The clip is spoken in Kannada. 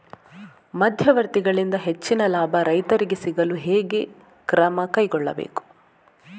ಮಧ್ಯವರ್ತಿಗಳಿಂದ ಹೆಚ್ಚಿನ ಲಾಭ ರೈತರಿಗೆ ಸಿಗಲು ಹೇಗೆ ಕ್ರಮ ಕೈಗೊಳ್ಳಬೇಕು?